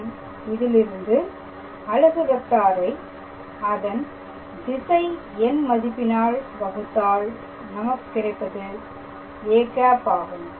மற்றும் இதிலிருந்து அலகு வெக்டாரை அதன் திசை என் மதிப்பினால் வகுத்தால் நமக்கு கிடைப்பது a ஆகும்